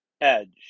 edge